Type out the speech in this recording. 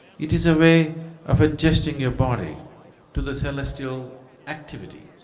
it is a way of adjusting your body to the celestial activity.